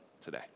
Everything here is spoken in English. today